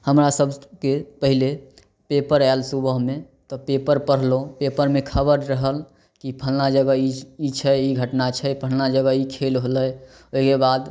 हमरा सभके पहिले पेपर आयल सुबहमे तब पेपर पढ़लहुॅं पेपरमे खबर रहल कि फल्लाँ जगह ई ई छै ई घटना छै फल्लाँ जगह ई खेल होलै ओहिके बाद